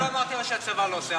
אני לא אמרתי שהצבא לא עושה.